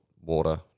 water